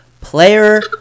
player